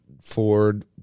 Ford